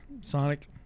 Sonic